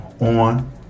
on